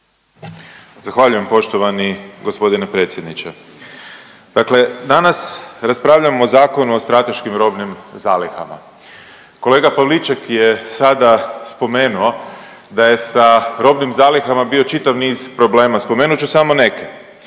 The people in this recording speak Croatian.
Zahvaljujem poštovani g. predsjedniče. Dakle danas raspravljamo o Zakonu o strateškim robnim zalihama. Kolega Pavliček je sada spomenuo da je sa robnim zalihama bio čitav niz problema, spomenut ću samo neke.